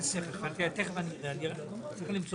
ונתחדשה